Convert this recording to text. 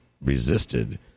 resisted